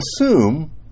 assume